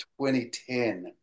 2010